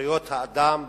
זכויות האדם.